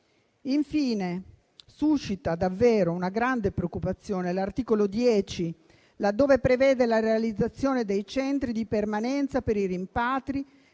Infine, suscita davvero una grande preoccupazione l'articolo 10, laddove prevede la realizzazione dei centri di permanenza per i rimpatri